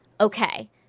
Okay